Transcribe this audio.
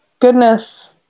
goodness